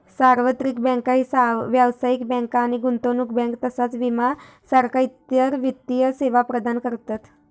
सार्वत्रिक बँक ही व्यावसायिक बँक आणि गुंतवणूक बँक तसाच विमा सारखा इतर वित्तीय सेवा प्रदान करतत